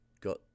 got